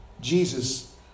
Jesus